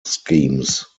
schemes